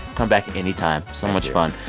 come back anytime so much fun.